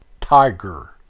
tiger